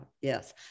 yes